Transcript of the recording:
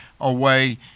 away